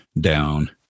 down